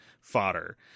fodder